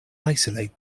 isolate